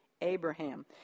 Abraham